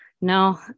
no